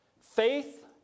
Faith